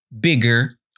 bigger